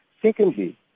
Secondly